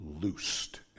loosed